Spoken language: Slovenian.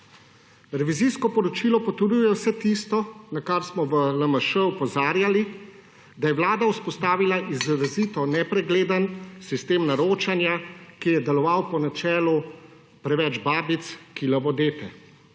Revizijsko poročilo potrjuje vse tisto, na kar smo v LMŠ opozarjali, da je vlada vzpostavila izrazito nepregleden sistem naročanja, ki je deloval po načelu: preveč babic, kilavo dete.